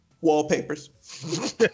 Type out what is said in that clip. Wallpapers